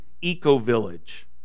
Eco-Village